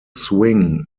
swing